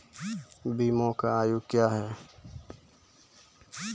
बीमा के आयु क्या हैं?